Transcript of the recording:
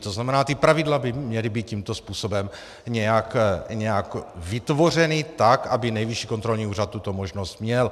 To znamená, ta pravidla by měla být tímto způsobem nějak vytvořena tak, aby Nejvyšší kontrolní úřad tuto možnost měl.